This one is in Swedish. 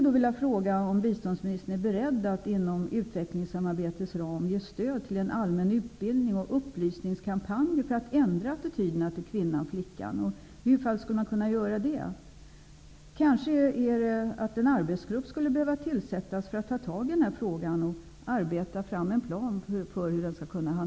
Är biståndsministern beredd att inom utvecklingssamarbetets ram ge stöd till en allmän utbildnings och upplysningskampanj för att ändra attityderna gentemot kvinnan/flickan? Hur skulle det kunna göras? Kanske en arbetsgrupp behöver tillsättas för att ta tag i frågan och arbeta fram en plan.